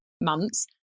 months